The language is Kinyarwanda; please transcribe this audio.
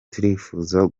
turifuza